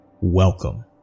welcome